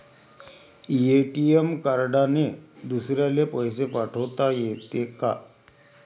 ATM कार्डने दुसऱ्याले पैसे पाठोता येते का?